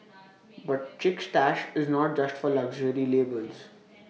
but chic stash is not just for luxury labels